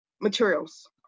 materials